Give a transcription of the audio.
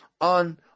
on